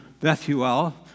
Bethuel